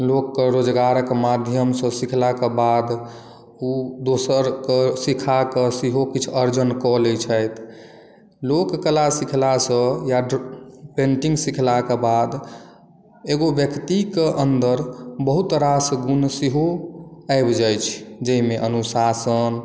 लोकके रोजगारक माध्यमसँ सिखलाके बाद ओ दोसरके सिखा कऽ सेहो किछु अर्जन कऽ लैत छथि लोक कला सिखलासँ या ड्र पेन्टिंग सिखलाके बाद एगो व्यक्तिके अन्दर बहुत रास गुण सेहो आबि जाइत छै जाहिमे आनुशासन